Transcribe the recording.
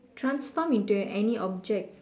transform into any object